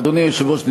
אדוני היושב-ראש,